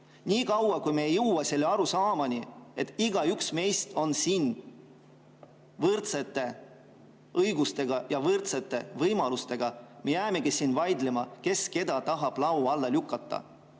Niikaua, kui me ei jõua sellele arusaamale, et igaüks meist on siin võrdsete õigustega ja võrdsete võimalustega, me jäämegi vaidlema, kes keda tahab laua alla lükata.